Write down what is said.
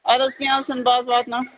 اَدٕ حظ کیٚنٛہہ حظ چھُنہٕ بہٕ حظ واتناو